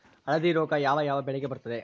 ಹಳದಿ ರೋಗ ಯಾವ ಯಾವ ಬೆಳೆಗೆ ಬರುತ್ತದೆ?